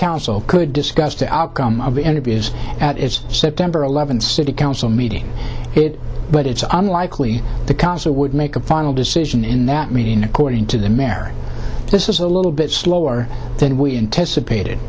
council could discuss the outcome of the interviews at its september eleventh city council meeting it but it's unlikely the council would make a final decision in that meeting according to the marriage this is a little bit slower than we anticipated